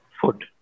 Food